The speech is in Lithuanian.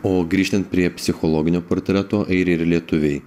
o grįžtant prie psichologinio portreto airiai ir lietuviai